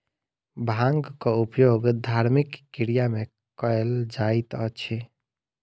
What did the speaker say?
भांगक उपयोग धार्मिक क्रिया में कयल जाइत अछि